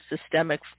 systemic